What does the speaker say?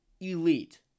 elite